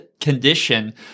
condition